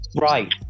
right